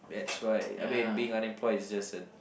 that's right I mean being unemployed is just a